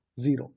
zero